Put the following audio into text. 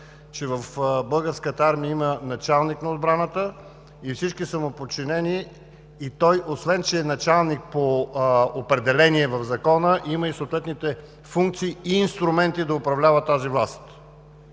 че в Българската армия има Началник на отбраната и всички са му подчинени. Той освен че е началник по определение в Закона, има съответните функции и инструменти да упражнява тази власт.